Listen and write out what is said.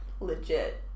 legit